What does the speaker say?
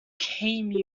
came